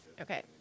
Okay